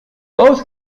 both